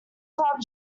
club